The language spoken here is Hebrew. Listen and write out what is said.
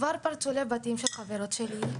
כבר פרצו לבתים של חברות שלי,